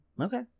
Okay